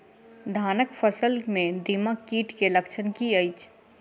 धानक फसल मे दीमक कीट केँ लक्षण की अछि?